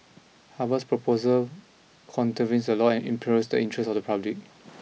Harvard's proposal contravenes the law and imperils the interest of the public